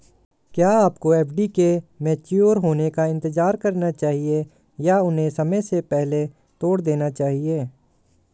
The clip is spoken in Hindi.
क्या आपको एफ.डी के मैच्योर होने का इंतज़ार करना चाहिए या उन्हें समय से पहले तोड़ देना चाहिए?